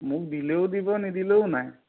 মোক দিলেও দিব নিদিলেও নাই